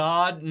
God